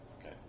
Okay